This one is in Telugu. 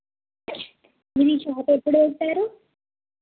మీరు ఈ షాప్ ఎప్పుడు పెట్టారు